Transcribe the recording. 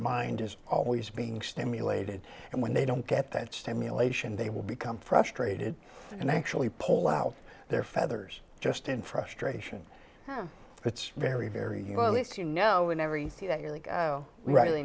mind is always being stimulated and when they don't get that stimulation they will become frustrated and actually pull out their feathers just in frustration it's very very you know it's you know whenever you see that you're like oh